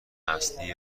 اصلی